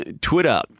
Twitter